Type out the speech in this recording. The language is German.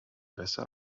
besser